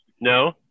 no